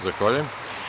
Zahvaljujem.